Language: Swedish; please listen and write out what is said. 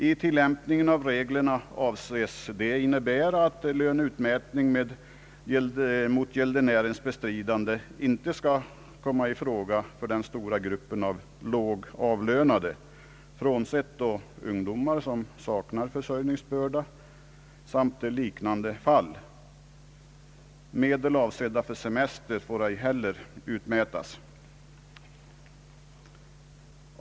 Vid tillämpning av reglerna avses detta innebära att löneutmätning mot gäldenärens bestridande inte kan komma i fråga för den stora gruppen av lågavlönade, frånsett ungdomar som saknar försörjningsbörda samt i liknande fall. Medel avsedda för semester får ej heller utmätas.